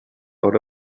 all